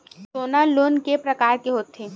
सोना लोन के प्रकार के होथे?